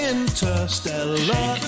Interstellar